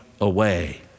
away